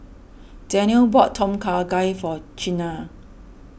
Daniele bought Tom Kha Gai for Chynna